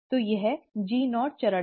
तो यह G0 चरण है